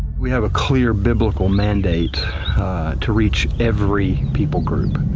we have a clear biblical mandate to reach every people group,